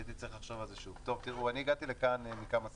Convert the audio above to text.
הגעתי לכאן מכמה סיבות.